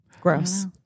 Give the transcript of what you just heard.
Gross